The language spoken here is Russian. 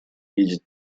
видеть